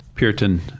Puritan